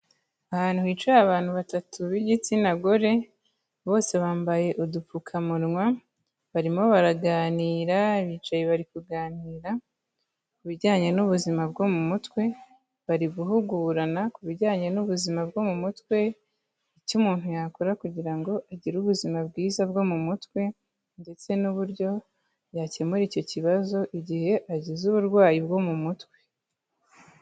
Ahantu hicaye abantu batatu b'igitsina gore, bose bambaye udupfukamunwa barimo baraganira bicaye bari kuganira ku bijyanye n'ubuzima bwo mu mutwe, bari guhugurana ku bijyanye n'ubuzima bwo mu mutwe, icyo umuntu yakora kugira ngo agire ubuzima bwiza bwo mu mutwe ndetse n'uburyo yakemura icyo kibazo igihe agize uburwayi bwo mu mutwe.